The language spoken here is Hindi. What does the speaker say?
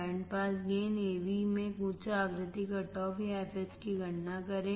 बैंडपास गेनAo में उच्च आवृत्ति कट ऑफ या fh की गणना करें